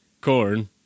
corn